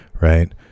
right